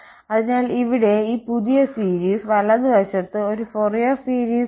അതിനാൽ ഇവിടെ ഈ പുതിയ സീരീസ് വലതുവശത്ത് ഒരു ഫൊറിയർ സീരിസ് അല്ല